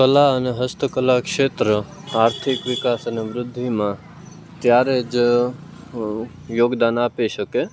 કલા અને હસ્તકલા ક્ષેત્ર આર્થિક વિકાસ અને વૃદ્ધિમાં ત્યારે જ યોગદાન આપી શકે